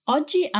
Oggi